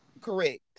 correct